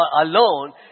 alone